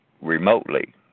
remotely